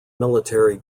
military